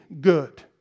good